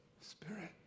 Spirit